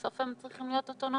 בסוף הם צריכים להיות אוטונומיים.